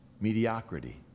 mediocrity